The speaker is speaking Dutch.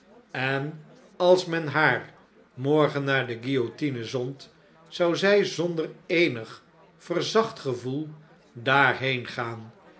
en als men haar morgen naar de guillotine zond zou zij zonder eenig verzacht gevoel daarheen gaan